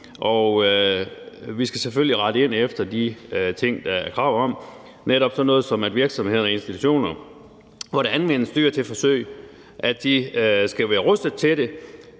vi skal selvfølgelig rette ind efter de ting, der er krav om – netop sådan noget som at virksomheder og institutioner, hvor der anvendes dyr til forsøg, skal være rustet til det,